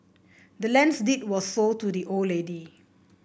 the land's deed was sold to the old lady